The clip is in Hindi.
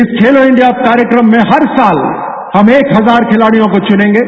इस खेलो इंडिया कार्यक्रम में हर साल हम एक हजार खिलाड़ियों को चुनेंगे